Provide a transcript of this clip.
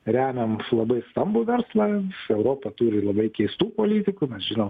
remiam labai stambų verslą iš europa turi labai keistų politikų mes žinom